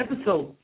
episode